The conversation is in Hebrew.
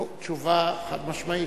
זאת חובה חד-משמעית.